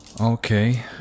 Okay